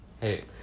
Hey